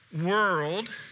world